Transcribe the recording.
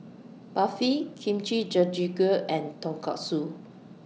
Barfi Kimchi Jjigae and Tonkatsu